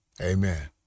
Amen